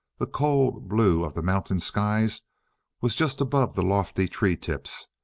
the cold blue of the mountain skies was just above the lofty tree-tips,